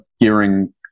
gearing